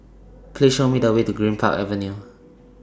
Please Show Me The Way to Greenpark Avenue